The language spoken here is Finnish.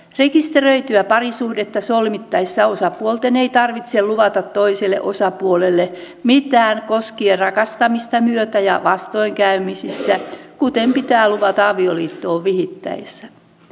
rekisteröityä parisuhdetta solmittaessa osapuolten ei tarvitse luvata toiselle osapuolelle mitään koskien rakastamista myötä ja vastoinkäymisissä kuten pitää luvata avioliittoon vihittäessä